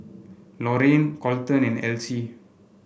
Lorayne Kolten and Elsie